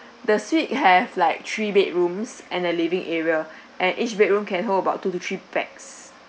the suite has like three bedrooms and a living area and each bedroom can hold about two to three pax